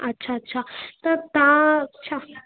अच्छा अच्छा त तव्हां छा